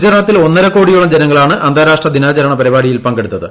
ഗുജറാത്തിൽ ഒന്നരക്കോടിയോളം ജനങ്ങളാണ് അന്താരാഷ്ട്ര ദിനാചരണ പരിപാടിയിൽ പങ്കെടുത്തത്